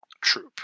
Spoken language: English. troop